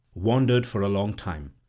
wandered for a long time.